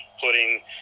putting